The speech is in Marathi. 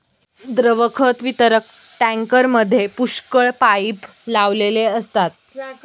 द्रव खत वितरक टँकरमध्ये पुष्कळ पाइप लावलेले असतात